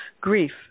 Grief